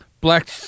Black